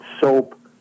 soap